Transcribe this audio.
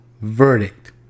verdict